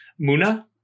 Muna